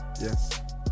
yes